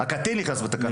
הקטין נכנס בתקנה.